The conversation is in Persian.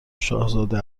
شاهزاده